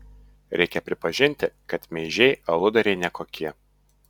reikia pripažinti kad meižiai aludariai ne kokie